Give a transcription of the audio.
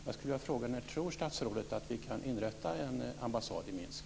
Jag skulle vilja fråga när statsrådet tror att vi kan inrätta en ambassad i Minsk.